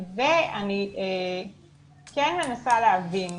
ואני כן מנסה להבין,